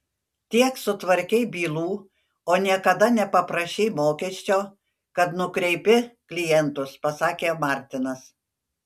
tiek sutvarkei bylų o niekada nepaprašei mokesčio kad nukreipi klientus pasakė martinas